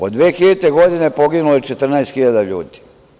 Od 2000. godine poginulo je 14.000 ljudi.